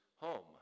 home